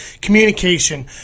communication